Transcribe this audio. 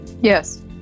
Yes